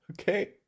Okay